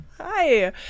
Hi